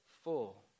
Full